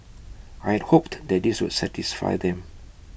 I hoped that this would satisfy them